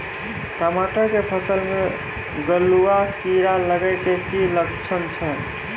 टमाटर के फसल मे गलुआ कीड़ा लगे के की लक्छण छै